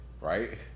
right